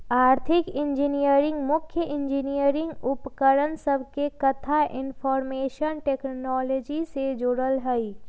आर्थिक इंजीनियरिंग मुख्य इंजीनियरिंग उपकरण सभके कथा इनफार्मेशन टेक्नोलॉजी से जोड़ल हइ